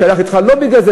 לא בגלל זה,